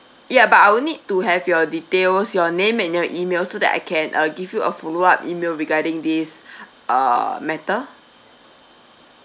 ya but I will need to have your details your name and your E-mail so that I can uh give you a follow up E-mail regarding this uh matter